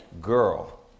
girl